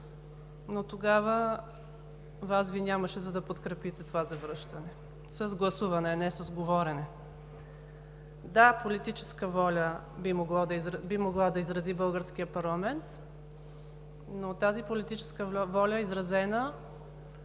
но тогава Вас Ви нямаше, за да подкрепите това завръщане с гласуване, а не с говорене. Да, политическа воля би могъл да изрази българският парламент, но изразена, тази политическа воля не